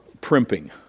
primping